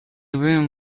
room